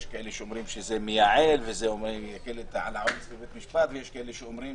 יש כאלה שאומרים שזה מייעל ומקל על העומס בבית משפט ויש כאלה שאומרים